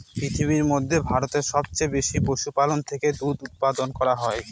পৃথিবীর মধ্যে ভারতে সবচেয়ে বেশি পশুপালন থেকে দুধ উপাদান করা হয়